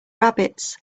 rabbits